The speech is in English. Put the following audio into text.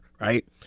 Right